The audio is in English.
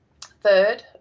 Third